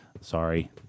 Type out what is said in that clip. Sorry